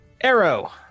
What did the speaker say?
Arrow